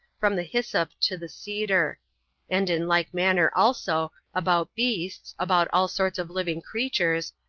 from the hyssop to the cedar and in like manner also about beasts, about all sorts of living creatures,